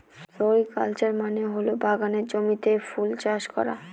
floriculture মানে হল বাগানের জমিতে ফুল চাষ করা